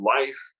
life